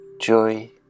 joy